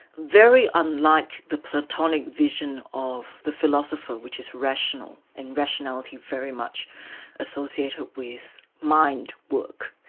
very unlike the platonic vision of the philosopher, which is rational, and rationality very much associated with mind work.